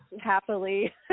happily